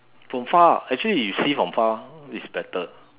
from far actually you see from far it's better